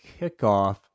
kickoff